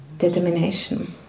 determination